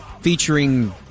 featuring